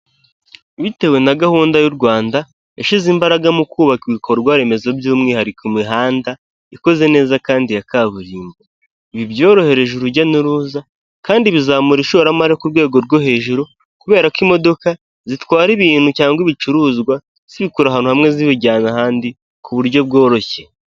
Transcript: Bitewe na gahunda y'u Rwanda yashyize imbaraga mu kubaka ibikorwa remezo by'umwihariko imihanda ikoze neza kandi ya kaburimbo, ibi byorohereje urujya n'uruza kandi bizamura ishoramari ku rwego rwo hejuru kubera ko imodoka zitwara ibintu cyangwa ibicuruzwa zikura ahantu hamwe zibijyana ahandi ku buryo bworoshye.